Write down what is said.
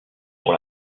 pour